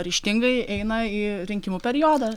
ryžtingai eina į rinkimų periodą